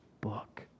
book